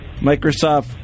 Microsoft